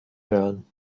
hören